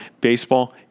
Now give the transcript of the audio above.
baseball